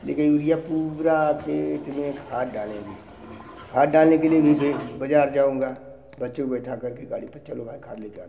ले के यूरिया पूरा खेत में खाद डालेंगे खाद डालने के लिए भी भे बज़ार जाऊँगा बच्चों को बिठा कर के गाड़ी पर चलो आज खाद ले कर आना है